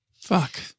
Fuck